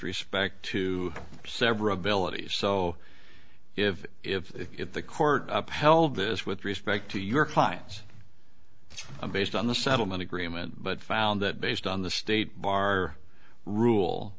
respect to severability so if if the court upheld this with respect to your client's based on the settlement agreement but found it based on the state bar rule